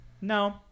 no